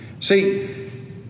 See